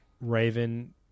Raven